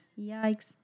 Yikes